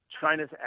China's